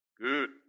Good